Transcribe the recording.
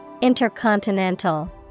Intercontinental